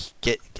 get